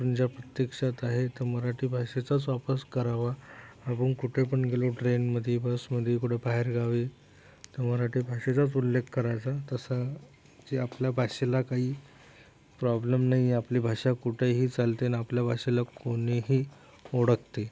आपण ज्या प्रत्यक्षात आहे त्या मराठी भाषेचाच वापर करावा आपण कुठे पण गेलो ट्रेनमधी बसमधी कुठं बाहेरगावी तर मराठी भाषेचाच उल्लेख करायचा तसा जे आपल्या भाषेला कही प्रॉब्लेम नाही आहे आपली भाषा कुठंही चालते आणि आपल्या भाषेला कोणीही ओळखते